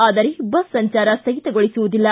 ಆದರೆ ಬಸ್ ಸಂಚಾರ ಸ್ವಗಿತಗೊಳಿಸುವುದಿಲ್ಲ